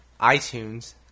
iTunes